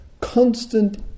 constant